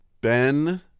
Ben